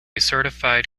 certified